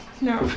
No